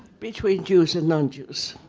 between jews and non-jews.